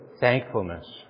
thankfulness